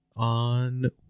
On